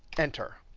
enter.